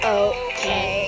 okay